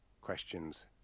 Questions